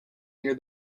near